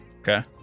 Okay